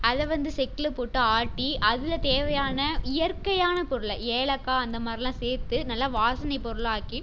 அதை வந்து செக்கில் போட்டு ஆட்டி அதில் தேவையான இயற்கையான பொருள் ஏலக்காய் அந்த மாதிரில்லாம் சேர்த்து நல்ல வாசனை பொருளாக்கி